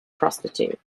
prostitute